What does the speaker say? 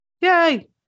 yay